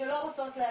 שלא רוצות להגיע.